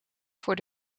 voor